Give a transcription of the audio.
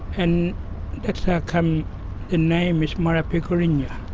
and that's how come the name is marapikurrinya.